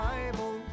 Bible